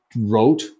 wrote